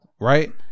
right